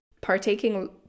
partaking